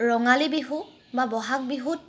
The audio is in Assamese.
ৰঙালী বিহু বা বহাগ বিহুত